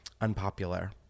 unpopular